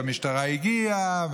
והמשטרה הגיעה,